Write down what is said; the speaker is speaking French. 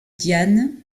diane